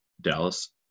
Dallas